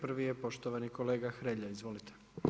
Prvi je poštovani kolega Hrelja, izvolite.